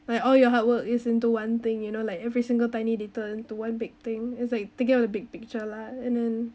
like all your hard work is into one thing you know like every single tiny they turn to one big thing is like thinking of the big big picture lah and then